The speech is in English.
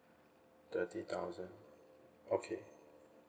thirty thousand okay